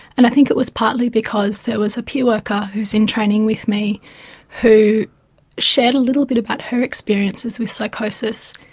and i think it was partly because there was a peer worker who was in training with me who shared a little bit about her experiences with psychosis,